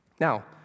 Now